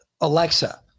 Alexa